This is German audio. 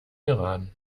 iran